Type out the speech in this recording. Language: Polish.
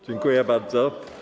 Dziękuję bardzo.